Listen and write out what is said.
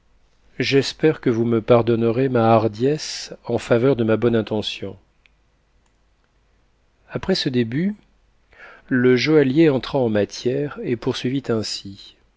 j'espère que vous me par donnerez ma hardiesse en iaveur de ma bonne intention après ce début le joaiiïier entra en matière et poursuivit ainsi